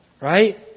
Right